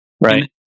right